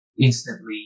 instantly